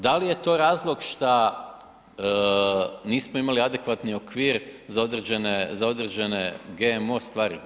Da li je to razlog šta nismo imali adekvatni okvir za određene GMO stvari?